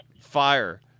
Fire